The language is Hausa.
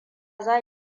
za